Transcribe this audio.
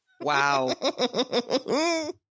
wow